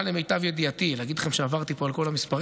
למיטב ידיעתי, להגיד לכם שעברתי פה על כל המספרים?